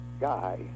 guy